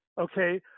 Okay